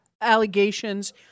allegations